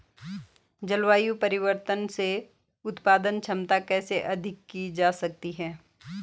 जलवायु परिवर्तन से उत्पादन क्षमता कैसे अधिक की जा सकती है?